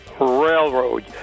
railroad